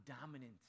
dominant